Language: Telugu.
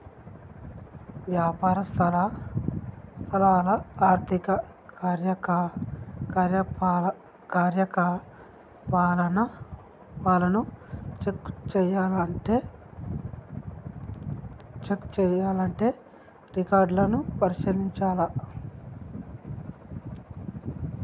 వ్యాపార సంస్థల ఆర్థిక కార్యకలాపాలను చెక్ చేయాల్లంటే రికార్డులను పరిశీలించాల్ల